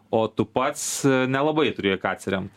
o tu pats nelabai turi į ką atsiremt